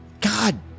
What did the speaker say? god